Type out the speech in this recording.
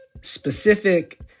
specific